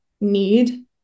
need